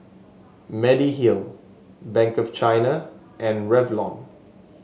Mediheal Bank of China and Revlon